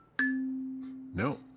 No